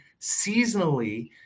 seasonally